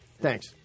Thanks